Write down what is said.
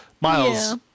Miles